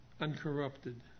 uncorrupted